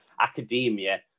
academia